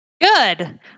Good